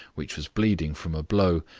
which was bleeding from a blow,